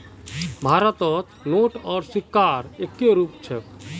भारतत नोट आर सिक्कार एक्के रूप छेक